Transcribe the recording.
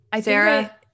Sarah